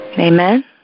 Amen